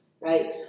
Right